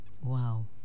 Wow